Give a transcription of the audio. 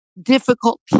difficult